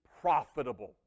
profitable